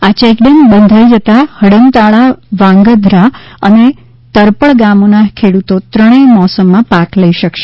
આ ચેકડેમ બધાઇ જતાં હડમતાળા વાંગ્રધા અને તરપળ ગામોના ખેડૂતો ત્રણેય મોસમમાં પાક લઇ શકશે